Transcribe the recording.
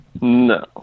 No